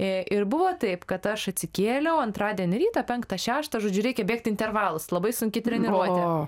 i ir buvo taip kad aš atsikėliau antradienį rytą penktą šeštą žodžiu reikia bėgti intervalus labai sunki treniruotė